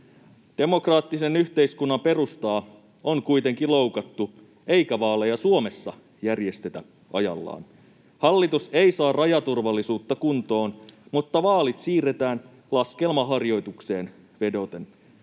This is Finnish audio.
Demokraattisen yhteiskunnan perustaa on kuitenkin loukattu, eikä vaaleja Suomessa järjestetä ajallaan. Hallitus ei saa rajaturvallisuutta kuntoon, mutta vaalit siirretään laskelmaharjoitukseen vedoten.